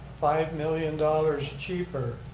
five million dollars cheaper.